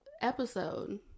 episode